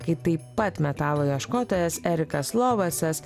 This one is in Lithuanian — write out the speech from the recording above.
kai taip pat metalo ieškotojas erikas lovasas